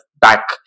back